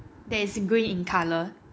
that is green in colour